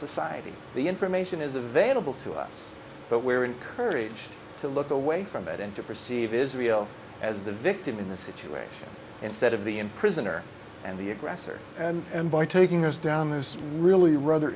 society the information is available to us but we're encouraged to look away from it and to perceive israel as the victim in this situation instead of the him prisoner and the aggressor and by taking those down there is really rather